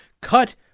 cut